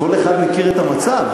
מכיר את המצב.